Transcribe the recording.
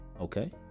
Okay